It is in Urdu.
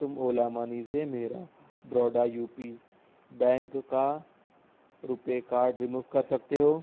تم اولا منی میرا بروڈا یو پی بینک کا روپے کارڈ رموو کر سکتے ہو